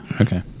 okay